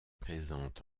présente